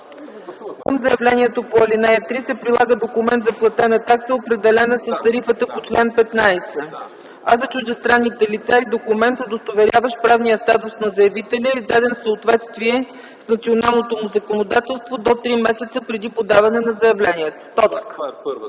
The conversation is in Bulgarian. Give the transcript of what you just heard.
„Към заявлението по ал. 1 се прилага документ за платена такса, определена с тарифата по чл. 15, а за чуждестранните лица - и документ, удостоверяващ правния статус на заявителя, издаден в съответствие с националното му законодателство до три месеца преди подаване на заявлението”.